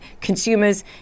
Consumers